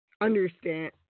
understand